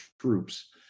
troops